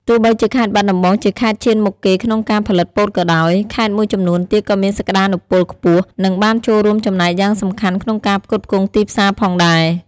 ទោះបីជាខេត្តបាត់ដំបងជាខេត្តឈានមុខគេក្នុងការផលិតពោតក៏ដោយ ខេត្តមួយចំនួនទៀតក៏មានសក្ដានុពលខ្ពស់ និងបានចូលរួមចំណែកយ៉ាងសំខាន់ក្នុងការផ្គត់ផ្គង់ទីផ្សារផងដែរ។